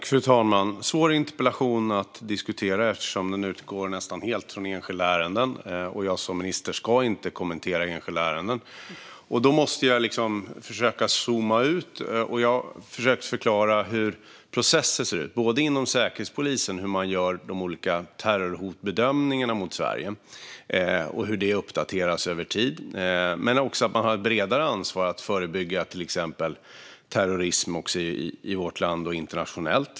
Fru talman! Det är en svår interpellation att diskutera eftersom den nästan helt utgår från enskilda ärenden. Jag ska som minister inte kommentera enskilda ärenden. Då måste jag försöka att zooma ut. Jag har försökt att förklara hur processer ser ut. Det gäller hur man inom Säkerhetspolisen gör de olika bedömningarna av terrorhot mot Sverige och hur de uppdateras över tid. Men det gäller också att man har ett bredare ansvar att förebygga till exempel terrorism i vårt land och internationellt.